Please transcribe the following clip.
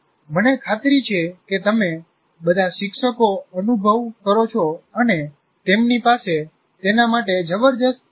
મને ખાતરી છે કે તમે બધા શિક્ષકો અનુભવ કરો છો અને તેમની પાસે તેના માટે જબરદસ્ત ક્ષમતા છે